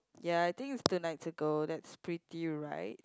ya I think it's two nights ago that's pretty right